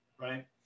right